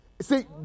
See